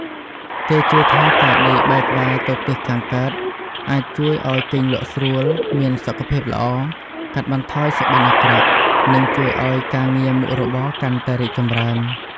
គេជឿថាការដេកបែរក្បាលទៅទិសខាងកើតអាចជួយឱ្យគេងលក់ស្រួល មានសុខភាពល្អ កាត់បន្ថយសុបិនអាក្រក់ និងជួយឱ្យការងារមុខរបរកាន់តែរីកចម្រើន។